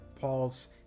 paul's